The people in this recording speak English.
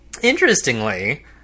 Interestingly